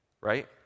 Right